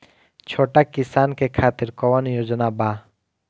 छोटा किसान के खातिर कवन योजना बा?